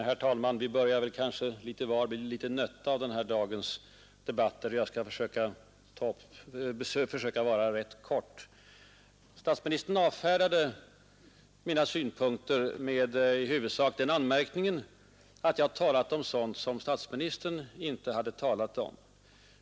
Herr talman! Vi börjar kanske litet var bli litet nötta av den här dagens debatt. Jag skall därför fatta mig kort. Statsministern avfärdade mina synpunkter med i huvudsak den anmärkningen att jag har talat om sådant som statsministern inte har talat om.